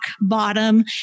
bottom